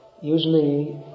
usually